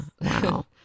Wow